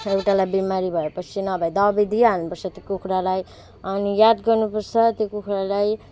एउटालाई बिमारी भएपछि नभए दबाई दिइहाल्नुपर्छ त्यो कुखुरालाई अनि याद गर्नुपर्छ त्यो कुखुरालाई